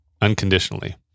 unconditionally